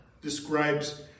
describes